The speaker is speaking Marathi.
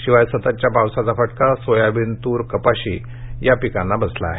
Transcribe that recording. शिवाय सततच्या पावसाचा फटका सोयाबीन तूर कपाशी पिकांना बसला आहे